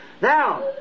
Now